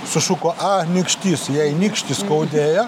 sušuko a nykštys jai nykštį skaudėjo